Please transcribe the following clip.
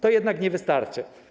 To jednak nie wystarczy.